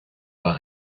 war